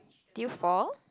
did you fall